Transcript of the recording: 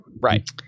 right